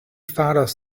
faros